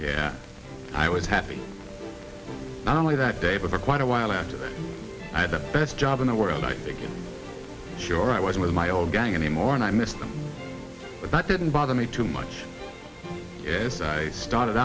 yeah i was happy not only that day but a quite a while after i had the best job in the world i think sure i was with my old gang anymore and i missed them but that didn't bother me too much as i started